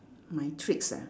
my tricks ah